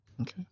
Okay